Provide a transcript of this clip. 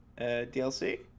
DLC